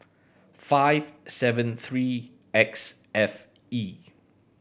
five seven three X F E